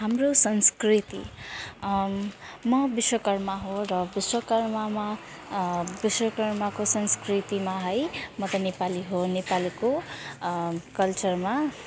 हाम्रो संस्कृति म विश्वकर्मा हो र विश्वकर्मामा विश्वकर्माको संस्कृतिमा है म त नेपाली हो नेपालीको कल्चरमा